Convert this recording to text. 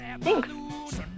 Thanks